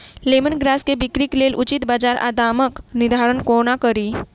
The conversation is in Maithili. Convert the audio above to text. लेमन ग्रास केँ बिक्रीक लेल उचित बजार आ दामक निर्धारण कोना कड़ी?